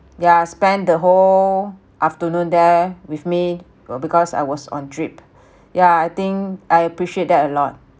yeah spent the whole afternoon there with me because I was on drip yeah I think I appreciate that a lot